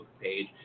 page